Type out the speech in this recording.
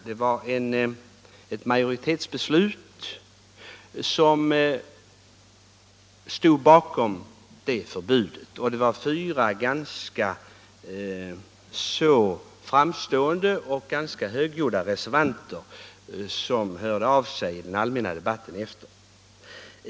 Det var ett majoritetsbeslut som låg bakom förbudet, och fyra ganska så framstående och ganska högljudda reservanter hörde av sig i den allmänna debatten efteråt.